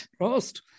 prost